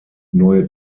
neue